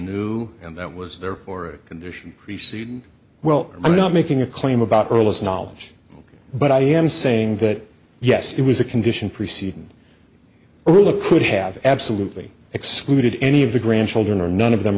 knew and that was therefore a condition preceding well i'm not making a claim about her was knowledge but i am saying that yes he was a condition preceding overlook could have absolutely excluded any of the grandchildren or none of them